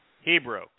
Hebrew